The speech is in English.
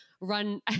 run